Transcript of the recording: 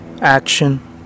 action